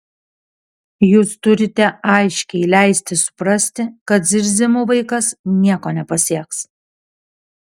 jūs turite aiškiai leisti suprasti kad zirzimu vaikas nieko nepasieks